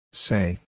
Say